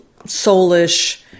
soulish